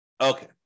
Okay